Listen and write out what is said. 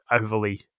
overly